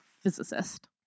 physicist